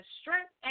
strength